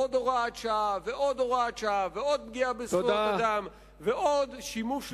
עוד הוראת שעה ועוד הוראת שעה ועוד פגיעה בזכויות אדם ועוד שימוש לרעה,